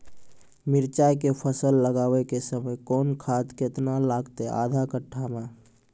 मिरचाय के फसल लगाबै के समय कौन खाद केतना लागतै आधा कट्ठा मे?